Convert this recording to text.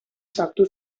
sartu